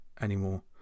anymore